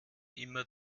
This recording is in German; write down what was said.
immer